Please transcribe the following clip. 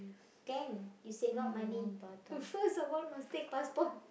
can you save up money first of all must take passport